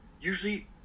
usually